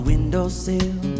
windowsill